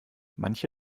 manche